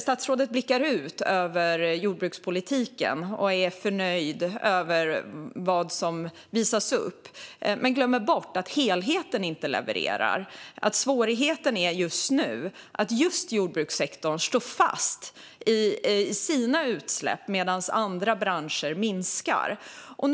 Statsrådet blickar ut över jordbrukspolitiken och är förnöjd med vad som visas upp, men han glömmer bort att helheten inte levererar och att svårigheten just nu är att just jordbrukssektorn sitter fast med sina utsläpp medan andra branscher minskar sina.